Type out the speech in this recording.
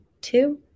two